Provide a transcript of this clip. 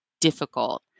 difficult